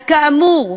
אז כאמור,